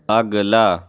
اگلا